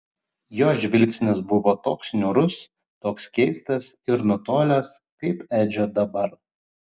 jo žvilgsnis buvo toks niūrus toks keistas ir nutolęs kaip edžio dabar